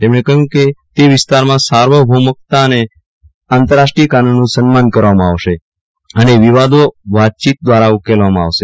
તેમણે કહ્યું કે તે વિસ્તારમાં સાર્વભૌમકતા અને આંતરરાષ્ટ્રીય કાનૂનનું સન્માન કરવામાં આવશે અને વિવાદો વાતચીત દ્વારા ઉકેલવામાં આવશે